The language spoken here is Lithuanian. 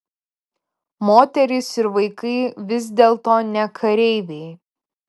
moterys ir vaikai vis dėlto ne kareiviai